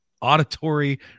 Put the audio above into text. auditory